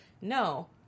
no